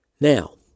Now